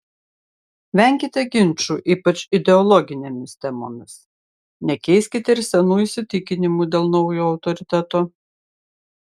venkite ginčų ypač ideologinėmis temomis nekeiskite ir senų įsitikinimų dėl naujo autoriteto